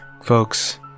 folks